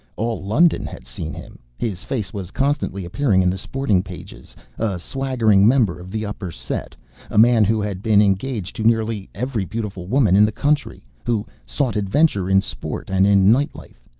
all london had seen him. his face was constantly appearing in the sporting pages, a swaggering member of the upper set a man who had been engaged to nearly every beautiful woman in the country who sought adventure in sport and in night life,